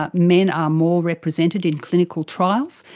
ah men are more represented in clinical trials.